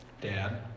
Dad